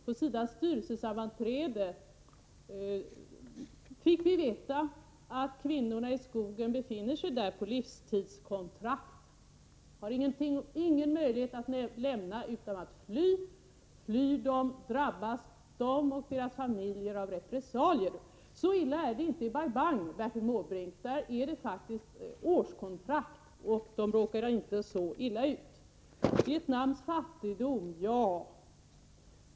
På SIDA:s styrelsesammanträde fick vi veta att kvinnorna i skogen befinner sig där på livstidskontrakt och inte har någon möjlighet att lämna den utan att fly, och flyr de drabbas de och deras familjer av repressalier. Så illa är det inte i Bai Bang, Bertil Måbrink — där är det faktiskt årskontrakt, och de råkar inte så illa ut. Bertil Måbrink talade om Vietnams fattigdom.